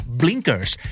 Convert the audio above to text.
blinkers